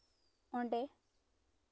ᱚᱰᱮᱸ